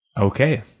Okay